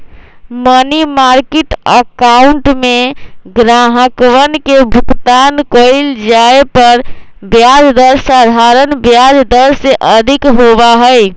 money market account में ग्राहकवन के भुगतान कइल जाये पर ब्याज दर साधारण ब्याज दर से अधिक होबा हई